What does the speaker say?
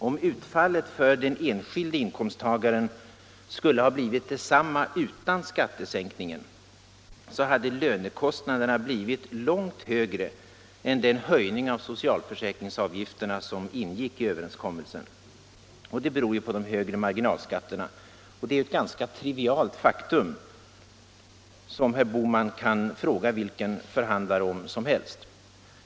Om utfallet för den enskilde inkomsttagaren skulle ha blivit detsamma utan skattesänkning, hade lönekostnaderna blivit långt större än den höjning av socialförsäkringsavgifterna som ingick i överenskommelsen, beroende på de högre marginalskatterna. Det är ett ganska trivialt faktum, som herr Bohman kan fråga vilken förhandlare om som helst.